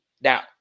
Now